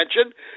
attention